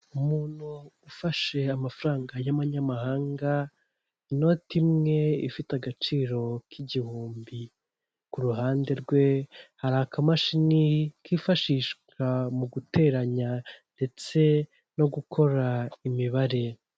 Umuntu ufashe amafaranga y'abanyamahanga inoti imwe ifite agaciro k'igihumbi, ku ruhande rwe hari akamashini kifashishwa mu guteranya ndetse no gukora imibare.